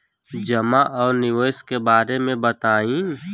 जमा और निवेश के बारे मे बतायी?